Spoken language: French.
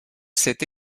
cette